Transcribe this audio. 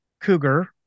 cougar